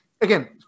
Again